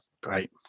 Great